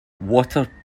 water